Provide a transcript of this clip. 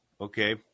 Okay